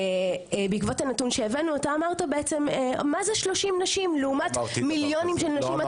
בעקבות הנתון שהבאנו אמרת: מה זה 30 נשים לעומת מיליונים של נשים?